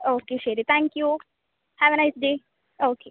okay ശരി thank you have a nice day okay